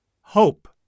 Hope